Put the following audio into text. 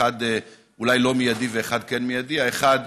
אחד אולי לא מיידי ואחד כן מיידי: האחד,